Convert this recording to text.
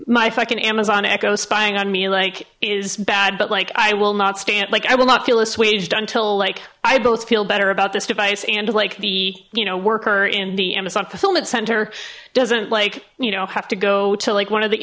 my fucking amazon echo spying on me like is bad but like i will not stand like i will not feel a swage until like i both feel better about this device and like the you know worker in the amazon fulfillment center doesn't like you know have to go to like one of the